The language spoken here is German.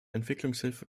entwicklungshilfe